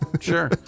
Sure